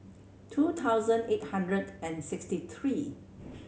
two thousand eight hundred and sixty three